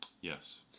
Yes